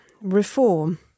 Reform